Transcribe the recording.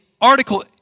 article